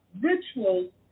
rituals